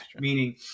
Meaning